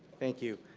thank you.